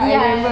ya I know